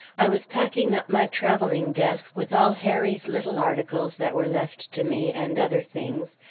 i was packing up my traveling-desk with all harry's little articles that were left to me, and other things,